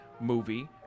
movie